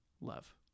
Love